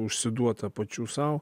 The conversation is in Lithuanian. užsiduotą pačių sau